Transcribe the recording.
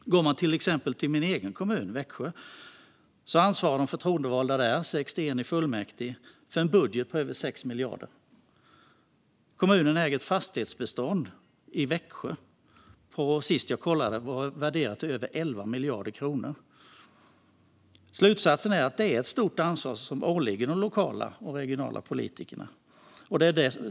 I min egen kommun Växjö ansvarar de förtroendevalda - 61 i fullmäktige - för en budget på över 6 miljarder. Kommunen äger ett fastighetsbestånd i Växjö som senast jag kollade var värderat till över 11 miljarder kronor. Slutsatsen är att det är ett stort ansvar som åligger de lokala och regionala politikerna.